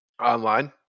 online